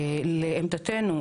לעמדתנו,